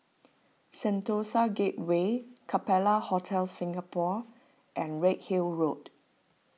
Sentosa Gateway Capella Hotel Singapore and Redhill Road